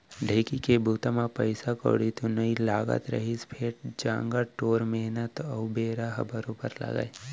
ढेंकी के बूता म पइसा कउड़ी तो नइ लागत रहिस फेर जांगर टोर मेहनत अउ बेरा ह बरोबर लागय